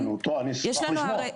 אני אשמח לשמוע.